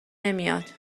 نمیاد